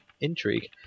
Intrigue